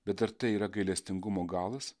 bet ar tai yra gailestingumo galas